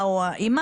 האבא או האימא?